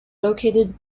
located